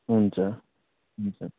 हुन्छ हुन्छ